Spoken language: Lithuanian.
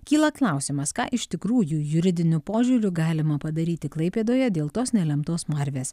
kyla klausimas ką iš tikrųjų juridiniu požiūriu galima padaryti klaipėdoje dėl tos nelemtos smarvės